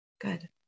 Good